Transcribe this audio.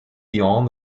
beyond